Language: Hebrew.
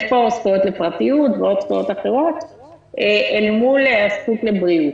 יש פה זכויות לפרטיות וזכויות אחרות אל מול הזכות לבריאות.